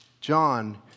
John